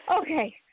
Okay